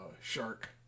shark